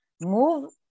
move